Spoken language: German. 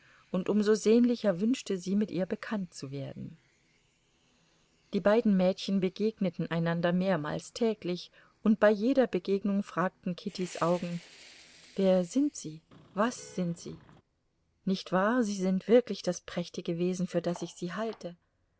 und um so sehnlicher wünschte sie mit ihr bekannt zu werden die beiden mädchen begegneten einander mehrmals täglich und bei jeder begegnung fragten kittys augen wer sind sie was sind sie nicht wahr sie sind wirklich das prächtige wesen für das ich sie halte